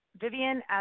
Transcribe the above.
Vivian